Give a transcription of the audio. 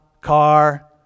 car